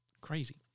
crazy